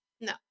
No